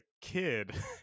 kid